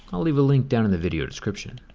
i'll leave a link down in the video description.